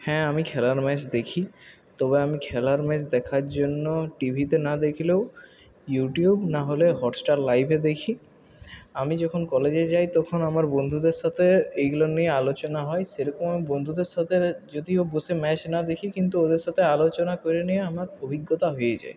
হ্যাঁ আমি খেলার ম্যাচ দেখি তবে আমি খেলার ম্যাচ দেখার জন্য টিভিতে না দেখলেও ইউটিউব না হলে হটস্টার লাইভে দেখি আমি যখন কলেজে যাই তখন আমার বন্ধুদের সাথে এইগুলো নিয়ে আলোচনা হয় সেরকম বন্ধুদের সাথে যদিও বসে ম্যাচ না দেখি কিন্তু ওদের সাথে আলোচনা করে নিয়ে আমার অভিজ্ঞতা হয়ে যায়